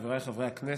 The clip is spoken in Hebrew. חבריי חברי הכנסת,